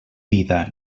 vida